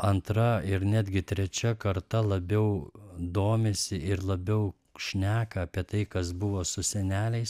antra ir netgi trečia karta labiau domisi ir labiau šneka apie tai kas buvo su seneliais